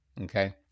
okay